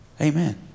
amen